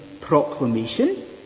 proclamation